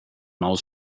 maus